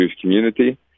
community